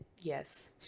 Yes